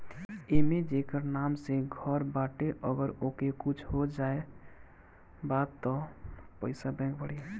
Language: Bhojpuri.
एमे जेकर नाम से घर बाटे अगर ओके कुछ हो जात बा त सब पईसा बैंक भरी